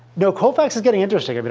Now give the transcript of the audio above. no, colfax is getting interesting. but